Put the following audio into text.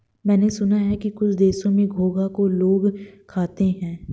मैंने सुना है कुछ देशों में घोंघा को लोग खाते हैं